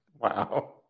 Wow